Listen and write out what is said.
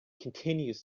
continues